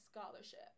Scholarship